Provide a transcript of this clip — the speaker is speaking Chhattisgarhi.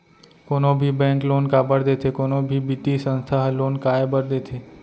कोनो भी बेंक लोन काबर देथे कोनो भी बित्तीय संस्था ह लोन काय बर देथे?